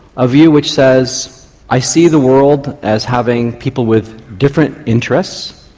a view which says i see the world as having people with different interests,